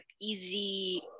easy